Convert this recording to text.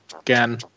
again